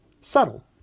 subtle